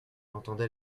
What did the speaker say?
entendait